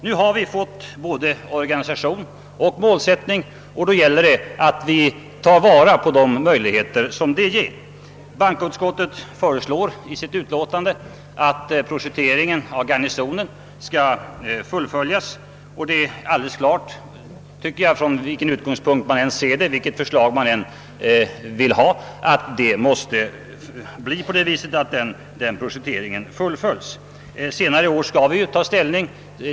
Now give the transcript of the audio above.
Nu har vi fått både en organisation och en målsättning, och då gäller det att vi tar vara på de möjligheter som det ger. Bankoutskottet föreslår i sitt utlåtande att projekteringen av Garnisonen skall fullföljas. Det är alldeles självklart, tycker jag, vilket av de olika provisoriealternativen man än föredrar, att den projekteringen måste fullföljas.